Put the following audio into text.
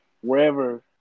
wherever